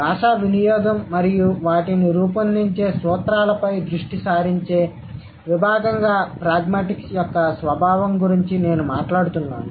భాషా వినియోగం మరియు వాటిని రూపొందించే సూత్రాలపై దృష్టి సారించే విభాగంగా ప్రాగ్మాటిక్స్ యొక్క స్వభావం గురించి నేను మాట్లాడుతున్నాను